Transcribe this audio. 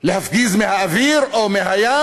להפגיז מהאוויר או מהים,